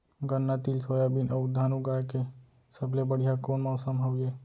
गन्ना, तिल, सोयाबीन अऊ धान उगाए के सबले बढ़िया कोन मौसम हवये?